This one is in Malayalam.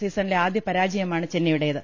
സീസ ണിലെ ആദ്യ പരാജയമാണ് ചെന്നൈയുടേത്